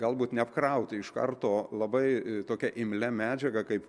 galbūt neapkrauti iš karto labai tokia imlia medžiaga kaip